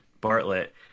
Bartlett